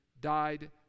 died